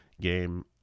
game